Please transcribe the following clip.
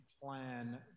plan